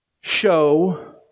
show